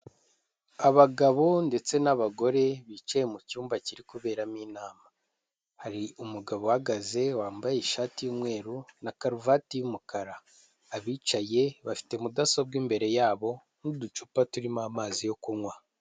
Abagabo ndetse n'abagore bicaye mu cyumba kiri kuberamo inama, hari umugabo uhagaze wambaye ishati y'umweru na karuvati y'umukara, abicaye bafite mudasobwa imbere yabo n'uducupa turimo amazi yo kunywa.